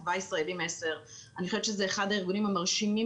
כתבה ב"ישראלים 10". זה אחד הארגונים המרשימים